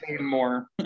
More